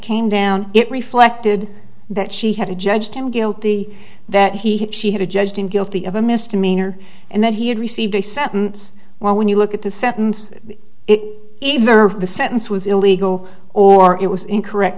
came down it reflected that she had to judge him guilty that he had she had judged him guilty of a misdemeanor and that he had received a sentence well when you look at the sentence it either the sentence was illegal or it was incorrect